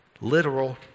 literal